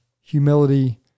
humility